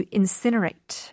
incinerate